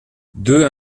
deux